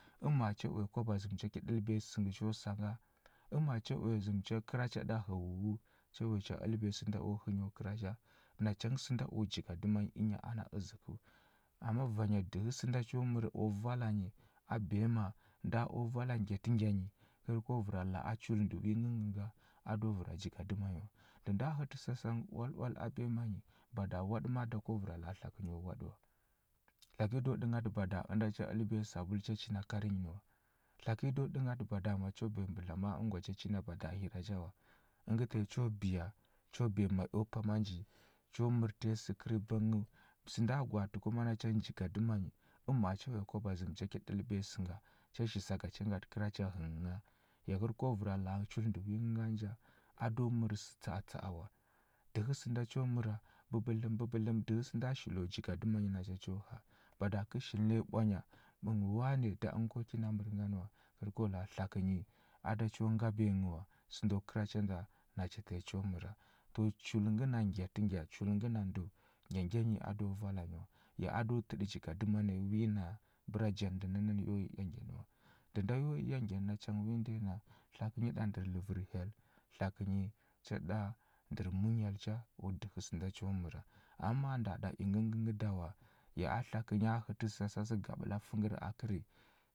Əmma cha uya kwaba zəm cha ki ɗəlbiya sə ngə cho sa nga? Ama cha uya zəm cha kəra cha ɗa ghəuu, cha uya cha ɗəlbiya sənda o hə nyo kəra cha? Nacha ngə sənda o jigadəma nyi ənya ana əzəkəu. Amma vanya dəhə sənda cho mər o vala nyi, a biyama nda o vala ngyatə ngya nyi, kər ko vəra la a a chul ndə wi ngəngə nga, a do vəra jigadəma nyi wa. Ndə nda hətə sasa ngə oal oal oal a biyama nyi, bada waɗə ma a da ko vəra la a tlakə nyo waɗə wa. Tlakə nyi do dənghatə bada ənda cha ɗəlbiya sabul cha china kar nyi nə wa. Tlakə nyi do ɗənghatə bada ma cho biya mbudla ma a əngwa cha china bada hi ma cha wa. Əngə tanyi cho biya, cho biya ma i eo pama nji, cho mər tanyi sə kər vənghəu, sənda gwaatə kuma nacha jigadəma nyi, əma cho uya kwaba zəm cha ki ɗəlbiya sə nga, cha shi sa ga cha ka ngatə kəra cha ghəngha? Ya kər ko vəra la a chul ndə wi ngə ngan ja, a do mər sə tsa atsa a wa. Dəhə sənda cho məra, bəbədləm bəbədləmə dəhə sənda shilo jigadəma yi nacha cho ha. Bada kə shilna yi ɓwanya, ə wane da əngə ko kina mər nganə wa, kər ko la a tlakə yi a do cho ngabiya nghə wa. Səndo kəra cha nda nacha tanyi cho məra. To chul ngəna ngyatə ngya chul ngəna ndəu, ngya ngya yi a do vala nyi wa, ya a do təɗə jigadəma naya wi naya, bəra jan ndə nənə nə yo i ya ngya ni wa. Ndə nda yo i ya ngya ni nacha wi nda yi na, tlakə cha ɗa ndər ləvər hyel, tlakə nyi cha ɗa ndər munyal cha, o dəhə sənda cho məra. Am ma nda ɗa ingə ngəngə ngə da wa, ya a tlakə nya hətə sasa sə ga ɓəla fəkər a kəri